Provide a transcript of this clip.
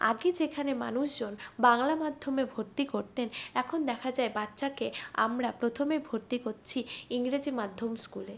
আগে যেখানে মানুষজন বাংলা মাধ্যমে ভর্তি করতেন এখন দেখা যায় বাচ্চাকে আমরা প্রথমে ভর্তি করছি ইংরেজি মাধ্যম স্কুলে